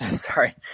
Sorry